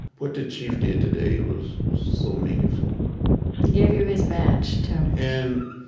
what the chief did today was so meaningful he gave you his badge too and